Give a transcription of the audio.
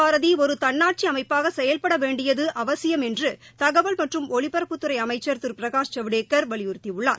பாரதிஒருதன்னாட்சிஅமைப்பாகசெயல்படவேண்டியதுஅவசியத்தைதகவல் பிரஸார் மற்றம் ஒலிபரப்புத்துறைஅமைச்ச் திருபிரகாஷ் ஜவடேக்கர் வலியுறுத்தியுள்ளார்